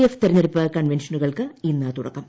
F തെരഞ്ഞെടുപ്പ ന് കൺവെൻഷന്റുകൾക്ക് ഇന്ന് തുടക്കം